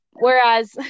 Whereas